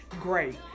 great